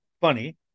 Funny